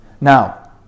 Now